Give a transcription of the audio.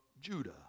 Judah